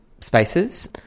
spaces